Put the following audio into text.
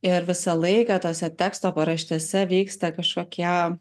ir visą laiką tose teksto paraštėse vyksta kažkokie